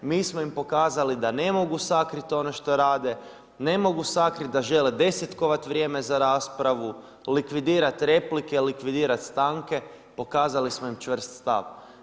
Mi smo im pokazali da ne mogu sakriti ono što rade, ne mogu sakriti da žele desetkovati vrijeme za raspravu, likvidirati replike, likvidirati stanke, pokazali smo im čvrst stav.